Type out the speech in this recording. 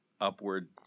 upward